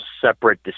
separate